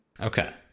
Okay